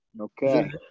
Okay